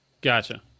Gotcha